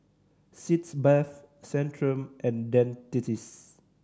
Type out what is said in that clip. Sitz Bath Centrum and Dentiste